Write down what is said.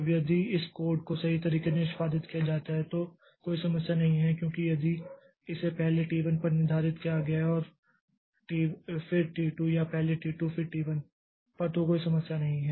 अब यदि इस कोड को सही तरीके से निष्पादित किया जाता है तो कोई समस्या नहीं है क्योंकि यदि इसे पहले T 1 पर निर्धारित किया गया है फिर T 2 या पहले T 2 फिर T 1 पर तो कोई समस्या नहीं है